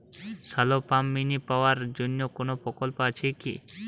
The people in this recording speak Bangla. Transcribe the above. শ্যালো পাম্প মিনি পাওয়ার জন্য কোনো প্রকল্প আছে কি?